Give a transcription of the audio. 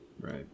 Right